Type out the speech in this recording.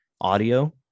audio